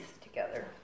together